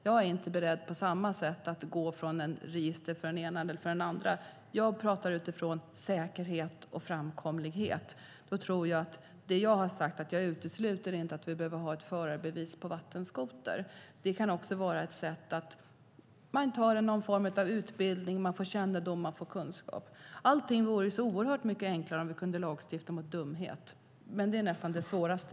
Jag är inte beredd att på samma sätt gå från det ena registret till det andra. Jag talar utifrån säkerhet och framkomlighet. Det jag har sagt är att jag inte utesluter att vi behöver ha ett förarbevis för vattenskoter. Det kan vara ett sätt att få utbildning, kännedom och kunskap. Allting vore så oerhört mycket enklare om vi kunde lagstifta mot dumhet, men det är svårt.